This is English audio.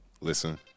Listen